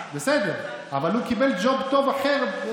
בסדר, אבל הוא קיבל ג'וב טוב אחר.